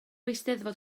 eisteddfod